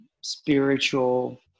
spiritual